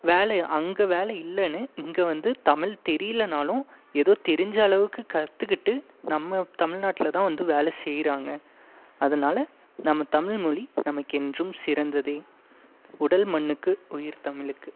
வேலை அங்கே வேலை இல்லைன்னு இங்கே வந்து தமிழ் தெரியலனாலும் ஏதோ தெரிஞ்ச அளவுக்கு கற்றுக்கிட்டு நம்ம தமிழ் நாட்டில் தான் வந்து வேலை செய்கிறாங்க அதனால் நம்ம தமிழ் மொழி நமக்கு என்றும் சிறந்ததே உடல் மண்ணுக்கு உயிர் தமிழுக்கு